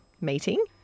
meeting